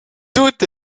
tout